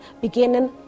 beginning